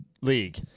league